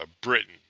Britain